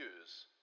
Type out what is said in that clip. use